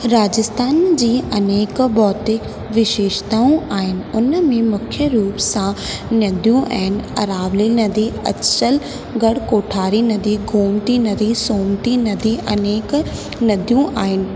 राजस्थान जी अनेक भौतिक विशेषताऊं आहिनि उन में मुख्य रुप सां नदियूं आहिनि अरावली नदी अक्षर गण कोठारी नदी गौमती नदी सौमती नदी अनेक नदियूं आहिनि